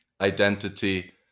identity